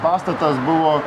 pastatas buvo